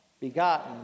begotten